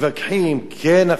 מסכימים, לא מסכימים.